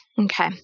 Okay